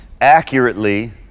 accurately